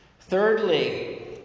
Thirdly